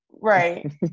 Right